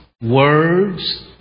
words